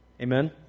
Amen